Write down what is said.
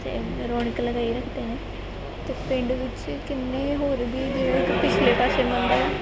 ਅਤੇ ਰੌਣਕ ਲਗਾਈ ਰੱਖਦੇ ਨੇ ਅਤੇ ਪਿੰਡ ਵਿੱਚ ਕਿੰਨੇ ਹੋਰ ਵੀ ਜਿਹੜੇ ਪਿਛਲੇ ਪਾਸੇ ਮੰਦਰ